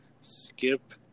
skip